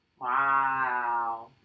Wow